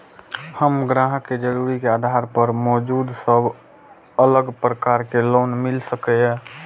हम ग्राहक के जरुरत के आधार पर मौजूद सब अलग प्रकार के लोन मिल सकये?